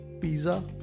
Pizza